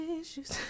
issues